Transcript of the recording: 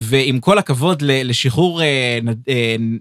ועם כל הכבוד לשחרור